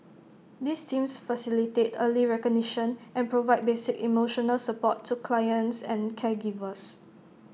these teams facilitate early recognition and provide basic emotional support to clients and caregivers